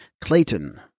Clayton